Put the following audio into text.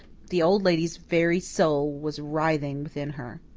the old lady's very soul was writhing within her.